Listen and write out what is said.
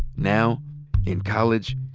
now in college,